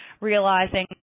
realizing